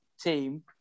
team